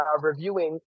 reviewing